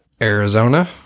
Arizona